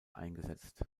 eingesetzt